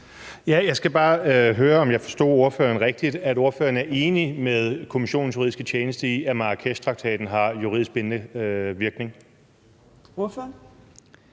Jeg skal bare høre, om jeg forstod ordføreren rigtigt, nemlig at ordføreren er enig med Kommissionens juridiske tjeneste i, at Marrakeshtraktaten har juridisk bindende virkning. Kl.